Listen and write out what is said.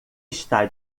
está